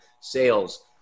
sales